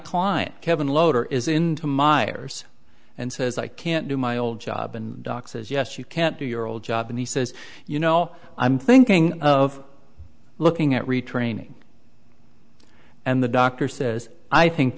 client kevin loader is into my ears and says i can't do my old job and doc says yes you can't do your old job and he says you know i'm thinking of looking at retraining and the doctor says i think